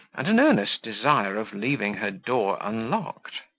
and an earnest desire of leaving her door unlocked.